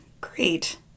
Great